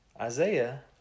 Isaiah